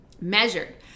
measured